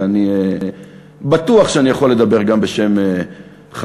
ואני בטוח שאני יכול לדבר גם בשם חברי,